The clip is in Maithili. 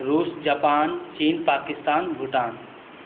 रूस जापान चीन पाकिस्तान भूटान